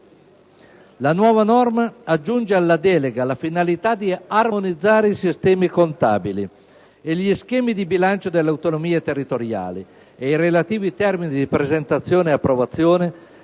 La nuova norma aggiunge alla delega la finalità di armonizzare i sistemi contabili, gli schemi di bilancio delle autonomie territoriali e i relativi termini di presentazione e approvazione